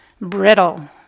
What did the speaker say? brittle